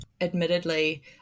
admittedly